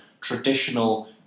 traditional